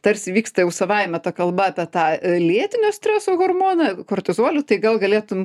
tarsi vyksta jau savaime ta kalba apie tą lėtinio streso hormoną kortizolį tai gal galėtum